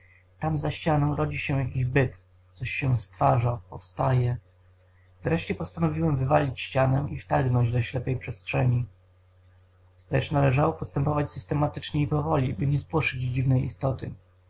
tam za ścianą rodzi się jakiś byt coś się stwarza powstaje wreszcie postanowiłem wywalić ścianę i wtargnąć do ślepej przestrzeni lecz należało postępować systematycznie i powoli by nie spłoszyć dziwnej istoty